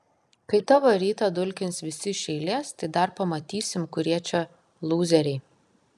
kai tavo rytą dulkins visi iš eilės tai dar pamatysim kurie čia lūzeriai